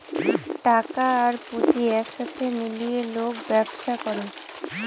টাকা আর পুঁজি এক সাথে মিলিয়ে লোক ব্যবসা করে